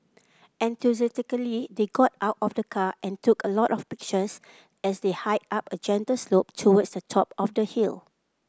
enthusiastically they got out of the car and took a lot of pictures as they hiked up a gentle slope towards the top of the hill